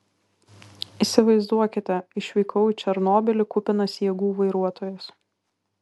įsivaizduokite išvykau į černobylį kupinas jėgų vairuotojas